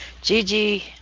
Gigi